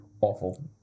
awful